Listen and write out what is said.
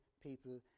people